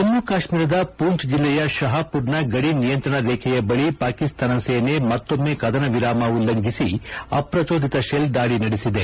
ಜಮ್ಲು ಕಾಶ್ಮೀರದ ಪೂಂಚ್ ಜಿಲ್ಲೆಯ ಶಹಾಪೂರ್ನ ಗಡಿ ನಿಯಂತ್ರಣ ರೇಖೆಯ ಬಳಿ ಪಾಕಿಸ್ತಾನ ಸೇನೆ ಮತ್ತೊಮ್ನೆ ಕದನ ವಿರಾಮ ಉಲ್ಲಂಘಿಸಿ ಅಪ್ರಜೋದಿತ ಶೆಲ್ ದಾಳಿ ನಡೆಸಿದೆ